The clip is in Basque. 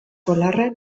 polarrak